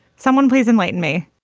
someone, please enlighten me